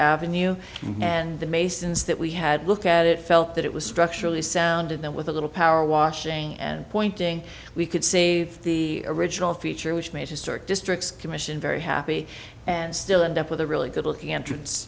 ave and the masons that we had look at it felt that it was structurally sound and that with a little power washing and pointing we could save the original feature which made historic districts commission very happy and still end up with a really good looking entrance